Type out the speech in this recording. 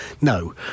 no